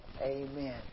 Amen